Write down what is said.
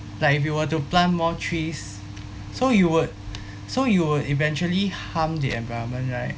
like if you were to plant more trees so you would so you would eventually harm the environment right